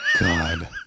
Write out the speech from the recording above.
God